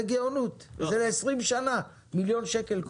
זה גאונות, זה ל-20 שנה, מיליון שקל בכל שנה.